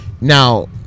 Now